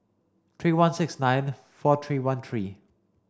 three one six nine four three one three